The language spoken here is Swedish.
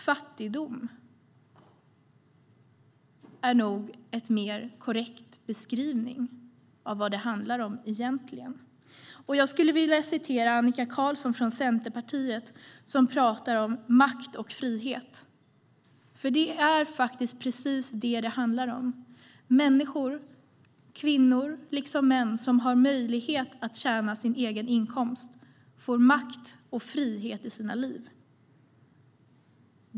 Fattigdom är nog en mer korrekt beskrivning av vad det egentligen handlar om. Jag vill citera Annika Qarlsson från Centerpartiet som talat om makt och frihet. Det är precis vad det handlar om. Människor, kvinnor liksom män, som har möjlighet att tjäna sin egen inkomst får makt och frihet i sina liv.